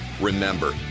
Remember